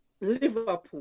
Liverpool